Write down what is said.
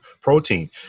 protein